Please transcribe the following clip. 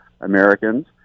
Americans